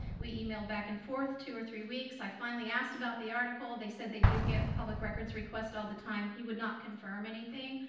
we emailed back and forth two or three weeks, i finally asked about the article, they said they do get public records requests all the time. he would not confirm anything,